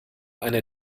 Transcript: eine